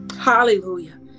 Hallelujah